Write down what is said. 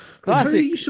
Classic